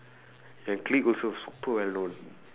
the clique also super well known